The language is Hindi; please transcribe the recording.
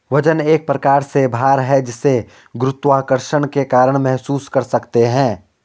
वजन एक प्रकार से भार है जिसे गुरुत्वाकर्षण के कारण महसूस कर सकते है